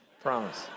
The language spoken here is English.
promise